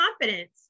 confidence